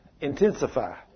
intensify